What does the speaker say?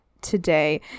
today